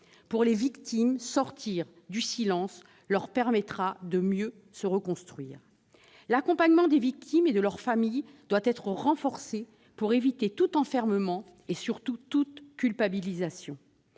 la parole. Sortir du silence permettra aux victimes de mieux se reconstruire. L'accompagnement des victimes et de leurs familles doit être renforcé pour éviter tout enfermement et, surtout, toute culpabilisation.